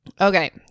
Okay